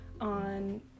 on